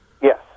Yes